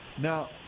Now